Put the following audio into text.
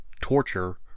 torture